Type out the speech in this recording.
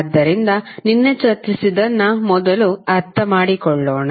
ಆದ್ದರಿಂದ ನಿನ್ನೆ ಚರ್ಚಿಸಿದ್ದನ್ನು ಮೊದಲು ಅರ್ಥಮಾಡಿಕೊಳ್ಳೋಣ